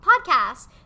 podcasts